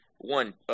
One